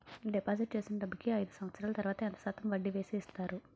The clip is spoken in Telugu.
డిపాజిట్ చేసిన డబ్బుకి అయిదు సంవత్సరాల తర్వాత ఎంత శాతం వడ్డీ వేసి ఇస్తారు?